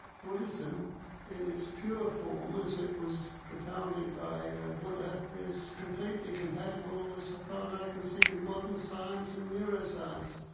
buddhism in its pure form as was propounded by and buddha is completely compatible as ah far as i can see with modern science and neuroscience.